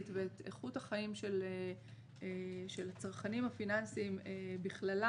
ואת איכות החיים של הצרכנים הפיננסיים בכללם.